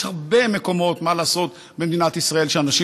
יש הרבה מקומות במדינת ישראל שאנשים